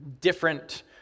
different